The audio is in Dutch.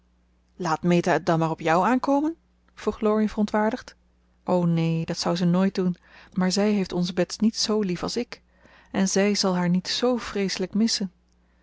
laat meta het dan maar op jou aankomen vroeg laurie verontwaardigd o neen dat zou zij nooit doen maar zij heeft onze bets niet z lief als ik en zij zal haar niet z vreeselijk missen